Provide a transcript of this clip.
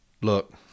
Look